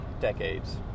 decades